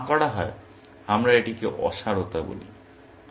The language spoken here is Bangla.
যদি না করা হয় আমরা এটিকে অসারতা বলি